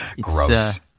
Gross